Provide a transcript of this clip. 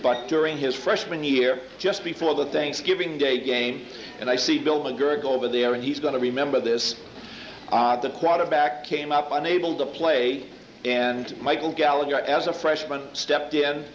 but during his freshman year just before the thanksgiving day game and i see bill bigger go over there and he's going to remember this the quarterback came up on able to play and michael gallagher as a freshman step